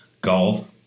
Golf